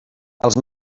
els